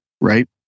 right